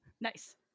Nice